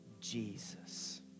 Jesus